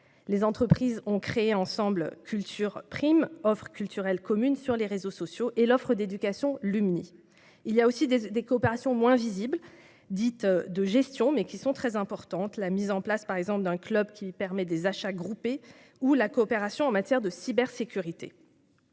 Les entreprises ont créé ensemble Culture Prime, offre culturelle commune sur les réseaux sociaux, et l'offre d'éducation Lumni. Il y a aussi des coopérations moins visibles, dites de gestion, mais qui n'en sont pas moins très importantes, par exemple la mise en place d'un club pour des achats groupés ou la coopération en matière de cybersécurité.